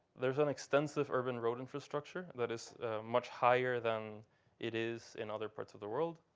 there is an extensive urban road infrastructure that is much higher than it is in other parts of the world.